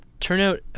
Turnout